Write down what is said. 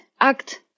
Act